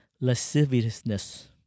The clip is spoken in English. lasciviousness